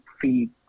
feed